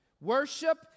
Worship